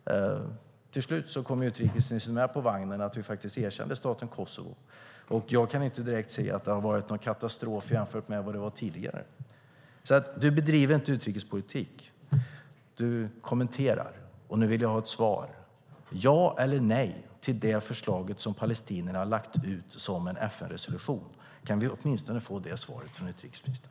Till slut kom utrikesministern med på vagnen och vi erkände staten Kosovo, och jag kan inte direkt se att det har varit någon katastrof jämfört med hur det var tidigare. Du bedriver inte utrikespolitik, du kommenterar. Nu vill jag ha ett svar: Ja eller nej till det förslag som palestinierna har lagt ut som en FN-resolution? Kan vi åtminstone få det svaret från utrikesministern.